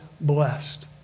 blessed